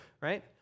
right